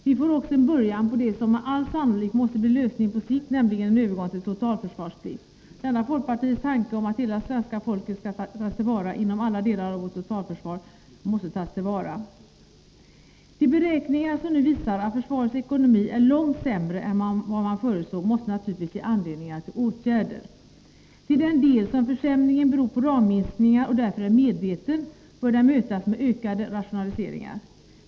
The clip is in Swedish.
Vi får också en början på det som med all sannolikhet måste bli lösningen på sikt, nämligen en övergång till totalförsvarsplikt. Denna folkpartiets tanke om att hela svenska folket skall engageras inom alla delar av vårt totalförsvar måste tas till vara. De beräkningar som nu visar att försvarets ekonomi är långt sämre än vad man förutsåg måste naturligtvis ge anledning till åtgärder. Till den del som försämringen beror på ramminskning, och därför är medveten, bör den mötas med ökade rationaliseringar.